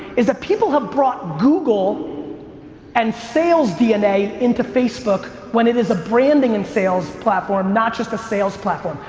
is that people have brought google and sales dna into facebook, when it is a branding and sales platform, not just a sales platform.